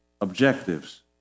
objectives